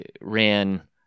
ran